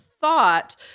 thought